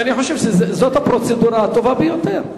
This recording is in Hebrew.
אני חושב שזאת הפרוצדורה הטובה ביותר.